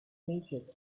naked